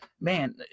man